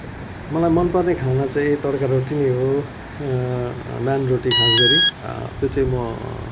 मलाई मनपर्ने खाना चाहिँ तड्का रोटी नै हो नान रोटी खास गरी त्यो चाहिँ म